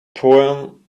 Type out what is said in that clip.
poem